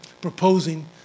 proposing